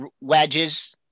Wedges